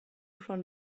from